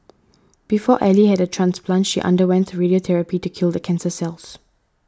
before Ally had a transplant she underwent radiotherapy to kill the cancer cells